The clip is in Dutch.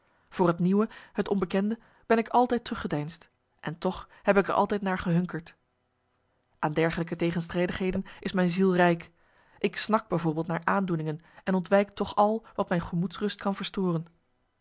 voor het nieuwe het onbekende ben ik altijd teruggedeinsd en toch heb ik er altijd naar gehunkerd aan dergelijke tegenstrijdigheden is mijn ziel rijk ik snak bijvoorbeeld naar aandoeningen en ontwijk toch al wat mijn gemoedsrust kan verstoren